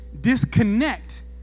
disconnect